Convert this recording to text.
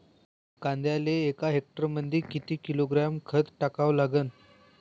कांद्याले एका हेक्टरमंदी किती किलोग्रॅम खत टाकावं लागन?